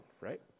right